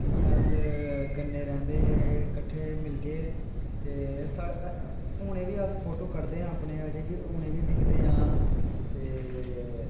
कियां अस कन्ने रैंह्दे हे मिलियै ते हून बी अस फोटो कडदे आं अपने अजें बी उनेंगी दिखदे आं ते